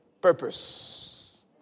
Purpose